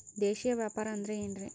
ದೇಶೇಯ ವ್ಯಾಪಾರ ಅಂದ್ರೆ ಏನ್ರಿ?